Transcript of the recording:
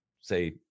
say